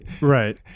Right